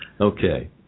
Okay